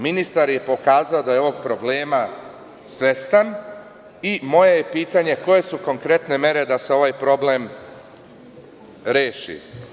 Ministar je pokazao da je ovog problema svestan i moje je pitanje – koje su konkretne mere da se ovaj problem reši?